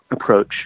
approach